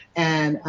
and,